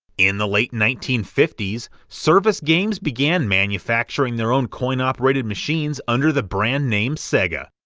in the late nineteen fifty s, service games began manufacturing their own coin-operated machines under the brand name sega.